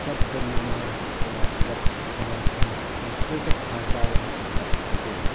शब्दनिर्माणस्य यत् सामर्थ्यं संस्कृतभाषायाम् उपलभ्यते